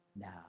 now